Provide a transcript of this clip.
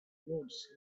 words